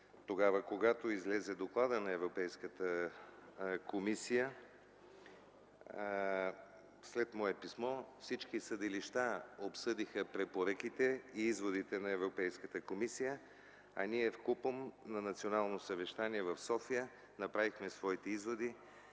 Когато излезе докладът на Европейската комисия, след мое писмо, всички съдилища обсъдиха препоръките и изводите на Европейската комисия, а ние вкупом на национално съвещание в София направихме своите изводи